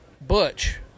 butch